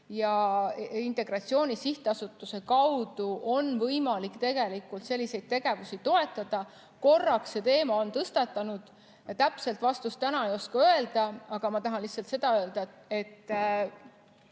Integratsiooni Sihtasutuse kaudu on võimalik tegelikult selliseid tegevusi toetada. Korraks see teema on tõstatatud. Ma täpset vastust täna ei oska öelda, aga ma tahan lihtsalt seda öelda, et